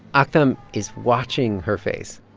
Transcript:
ah aktham is watching her face